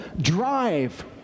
drive